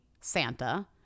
Santa